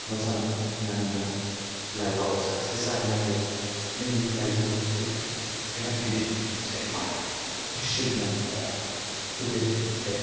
मोजाङै नोङै लाइफआव साकसिस जाहैनो हायोबा नोंनि लाइफनि मोनसे बिराद गिदिर मोनसे एसिबमेन्ट एबा गिदिर मोनसे